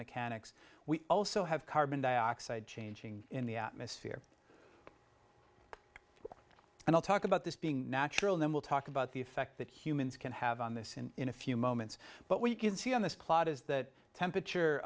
mechanics we also have carbon dioxide changing in the atmosphere and i'll talk about this being natural then we'll talk about the effect that humans can have on this in in a few moments but we can see on this plot is that temperature